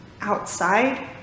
outside